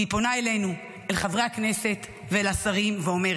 והיא פונה אלינו, אל חברי הכנסת ואל השרים ואומרת: